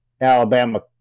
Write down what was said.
Alabama